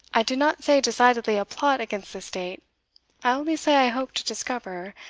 i did not say decidedly a plot against the state i only say i hope to discover,